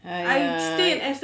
!aiya!